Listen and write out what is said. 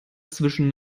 zwischen